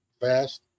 fast